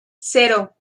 cero